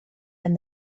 and